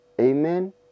Amen